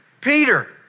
Peter